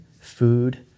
food